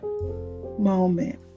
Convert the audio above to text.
Moment